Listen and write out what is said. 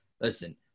listen